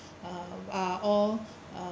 are all uh